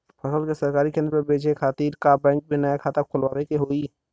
फसल के सरकारी केंद्र पर बेचय खातिर का बैंक में नया खाता खोलवावे के होई?